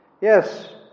Yes